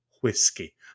whiskey